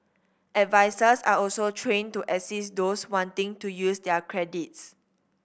advisers are also trained to assist those wanting to use their credits